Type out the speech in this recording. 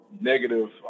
negative